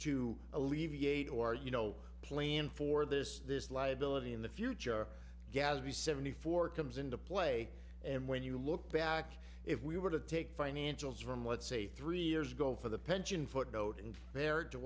to alleviate or you know plan for this this liability in the future gadsby seventy four comes into play and when you look back if we were to take financials from let's say three years ago for the pension footnote